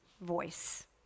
voice